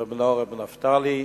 ולבנו, ר' נפתלי,